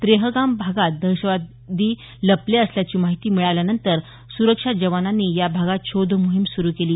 त्रेहगाम भागात दहशतवादी लपले असल्याची माहिती मिळाल्यानंतर सुरक्षा जवानांनी या भागात शोधमोहीम सुरू केली